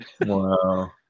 Wow